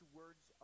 words